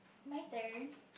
my turn